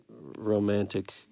romantic